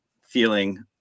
feeling